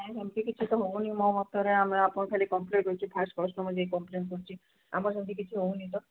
ନାହିଁ ସେମିତି କିଛି ତ ହେଉନି ମୋ ମତରେ ଆମେ ଆପଣ ଖାଲି କମ୍ପ୍ଲେନ୍ କରୁଛି ଫାର୍ଷ୍ଟ କଷ୍ଟମର୍ ଯକ କମ୍ପ୍ଲେନ୍ କରୁଛି ଆମର ସେମିତି କିଛି ହେଉନି ତ